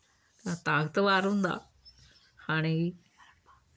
ताकतबर होंदा खाने गी